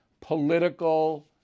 political